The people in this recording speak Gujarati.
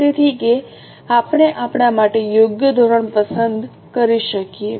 તેથી કે આપણે આપણા માટે યોગ્ય ધોરણ પસંદ કરી શકીએ